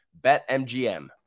BetMGM